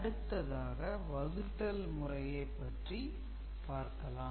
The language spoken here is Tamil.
அடுத்ததாக வகுத்தல் முறையைப் பற்றி பார்க்கலாம்